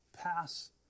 pass